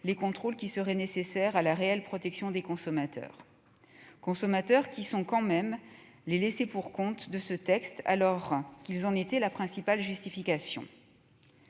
les contrôles qui seraient nécessaires à la réelle protection des consommateurs. Ces derniers sont quand même les laissés-pour-compte de ce texte alors qu'ils en étaient la principale justification.